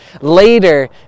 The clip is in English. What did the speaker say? Later